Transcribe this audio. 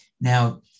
Now